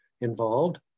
involved